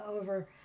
over